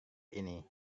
ini